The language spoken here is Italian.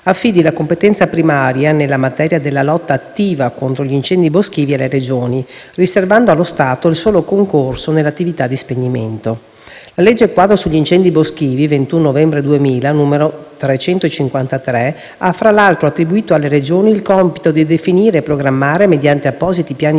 affidi la competenza primaria nella materia della lotta attiva contro gli incendi boschivi alle Regioni, riservando allo Stato il solo concorso nell'attività di spegnimento. La legge quadro sugli incendi boschivi 21 novembre 2000, n. 353 ha, tra l'altro, attribuito alle Regioni il compito di definire e programmare, mediante appositi piani